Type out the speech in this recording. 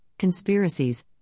conspiracies